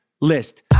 list